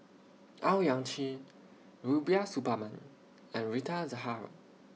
Owyang Chi Rubiah Suparman and Rita Zahara